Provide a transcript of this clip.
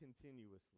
continuously